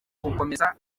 gukomeza